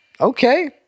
Okay